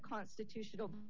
constitutional